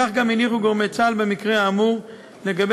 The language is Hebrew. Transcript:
כך גם הניחו גורמי צה"ל במקרה האמור לגבי